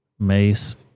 Mace